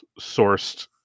sourced